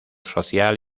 social